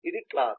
ఇది క్లాస్